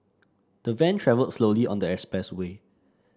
the van travelled slowly on the express way